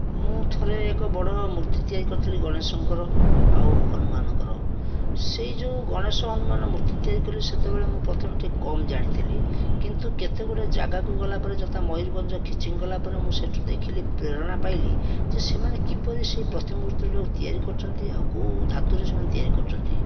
ମୁଁ ଥରେ ଏକ ବଡ଼ ମୂର୍ତ୍ତି ତିଆରି କରିଥିଲି ଗଣେଶଙ୍କର ଆଉ ହନୁମାନଙ୍କର ସେଇ ଯେଉଁ ଗଣେଶ ହନୁମାନ ମୂର୍ତ୍ତି ତିଆରି କଲି ସେତେବେଳେ ମୁଁ ପ୍ରଥମେ ଟିକିଏ କମ ଜାଣିଥିଲି କିନ୍ତୁ କେତେ ଗୁଡ଼ିଏ ଜାଗାକୁ ଗଲା ପରେ ଯଥା ମୟୁରଭଞ୍ଜ ଖୀଚିଂ ଗଲାପରେ ମୁଁ ସେଇଠୁ ଦେଖିଲି ପ୍ରେରଣା ପାଇଲି ଯେ ସେମାନେ କିପରି ସେ ପ୍ରତିମୂର୍ତ୍ତି ଗୁଡ଼ାକୁ ତିଆରି କରିଛନ୍ତି ଆଉ କେଉଁ ଧାତୁରେ ସେମାନେ ତିଆରି କରିଛନ୍ତି